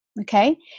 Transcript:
okay